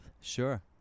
Sure